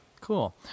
Cool